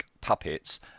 puppets